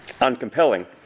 uncompelling